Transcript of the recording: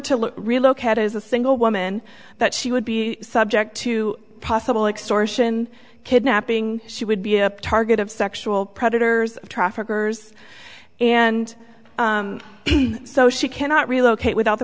look relocate as a single woman that she would be subject to possible extradition kidnapping she would be a target of sexual predators traffickers and so she cannot relocate without the